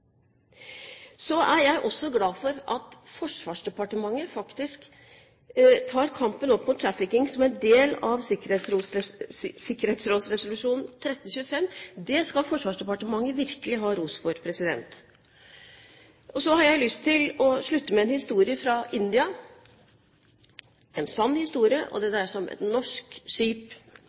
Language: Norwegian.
Så er jeg også glad for at Forsvarsdepartementet faktisk tar kampen opp mot trafficking som en del av FNs sikkerhetsrådsresolusjon 1325. Det skal Forsvarsdepartementet virkelig ha ros for! Jeg har lyst til å slutte med en historie fra India. Det er en sann historie, og det dreier seg om et norsk skip: